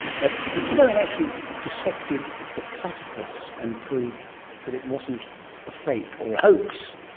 but richard owen actually dissected the platypus and proved that it wasn't a fake or a hoax.